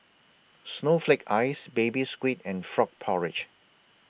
Snowflake Ice Baby Squid and Frog Porridge